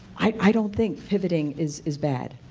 i don't think pivoting is is bad.